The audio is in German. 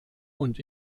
und